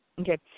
Okay